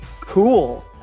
cool